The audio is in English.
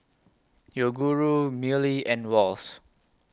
Yoguru Mili and Wall's